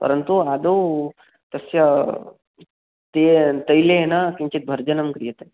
परन्तु आदौ तस्य ते तैलेन किञ्चित् भर्जनं क्रियते